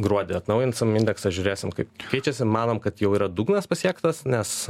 gruodį atnaujinsim indeksą žiūrėsim kaip keičiasi manom kad jau yra dugnas pasiektas nes